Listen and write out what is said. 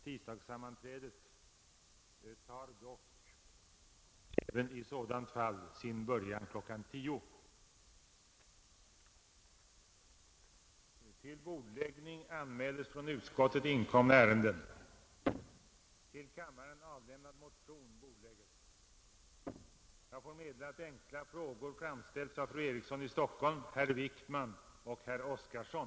Tisdagssammanträdet tar även i sådant fall sin början kl. 10.00.